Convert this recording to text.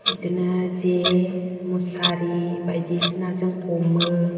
बिदिनो जे मुसारि बायदिसिनाजों हमो